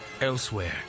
Elsewhere